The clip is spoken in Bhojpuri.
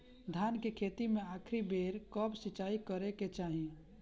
धान के खेती मे आखिरी बेर कब सिचाई करे के चाही?